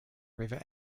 river